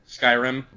skyrim